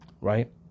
Right